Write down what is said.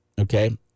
okay